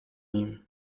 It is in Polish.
nim